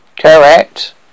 Correct